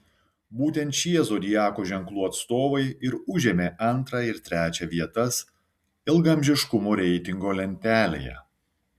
būtent šie zodiako ženklų atstovai ir užėmė antrą ir trečią vietas ilgaamžiškumo reitingo lentelėje